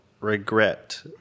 regret